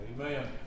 Amen